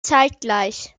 zeitgleich